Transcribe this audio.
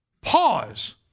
Pause